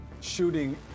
shooting